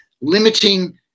limiting